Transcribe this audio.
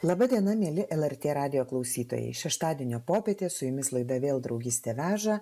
laba diena mieli lrt radijo klausytojai šeštadienio popietė su jumis laida vėl draugystė veža